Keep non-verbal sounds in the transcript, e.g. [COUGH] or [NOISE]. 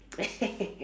[LAUGHS]